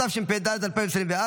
התשפ"ד 2024,